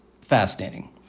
Fascinating